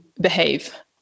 behave